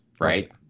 Right